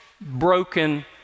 broken